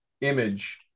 image